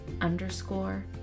underscore